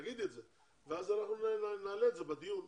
תגידי את זה ואז נעלה את זה בדיון.